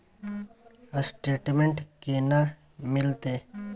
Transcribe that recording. Statement केना मिलते?